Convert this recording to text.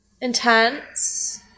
intense